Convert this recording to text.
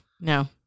no